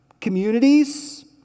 communities